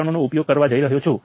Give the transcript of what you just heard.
5 મિલિસિમેનને અનુરૂપ છે